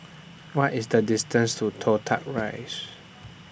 What IS The distance to Toh Tuck Rise